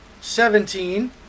seventeen